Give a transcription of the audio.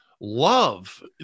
love